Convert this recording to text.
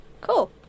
Cool